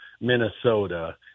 Minnesota